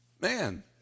Man